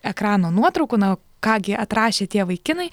ekrano nuotraukų na o ką gi atrašė tie vaikinai